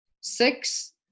Six